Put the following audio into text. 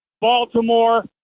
Baltimore